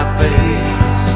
face